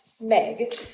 Meg